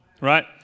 right